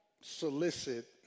solicit